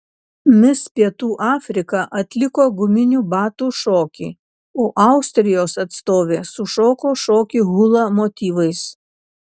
mis pietų afrika atliko guminių batų šokį o austrijos atstovė sušoko šokį hula motyvais